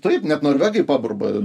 taip net norvegai paburba